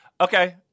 Okay